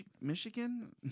Michigan